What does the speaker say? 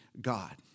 God